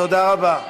תודה רבה.